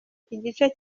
igice